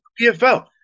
PFL